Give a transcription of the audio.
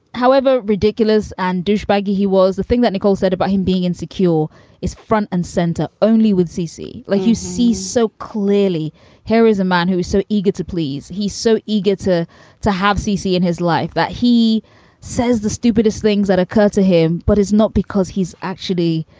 however ridiculous and douchebag he was. the thing that nicole said about him being insecure is front and center only with sissy like you see so clearly is a man who is so eager to please. he's so eager to to have ceecee in his life that he says the stupidest things that occur to him. but it's not because he's actually,